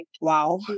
Wow